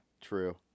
True